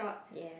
ya